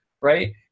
right